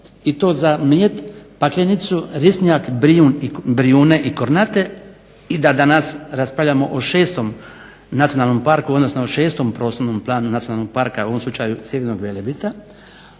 i to za Mljet, Paklenicu, Risnjak, Brijune i Kornate i da danas raspravljamo o šestom nacionalnom parku, odnosno o šestom prostornom planu nacionalnog parka u ovom slučaju Sjevernog Velebita,